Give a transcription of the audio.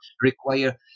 require